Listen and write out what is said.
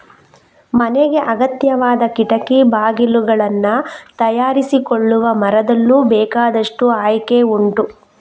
ಮನೆಗೆ ಅಗತ್ಯವಾದ ಕಿಟಕಿ ಬಾಗಿಲುಗಳನ್ನ ತಯಾರಿಸಿಕೊಳ್ಳುವ ಮರದಲ್ಲೂ ಬೇಕಾದಷ್ಟು ಆಯ್ಕೆ ಉಂಟು